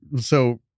So-